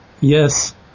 Yes